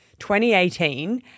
2018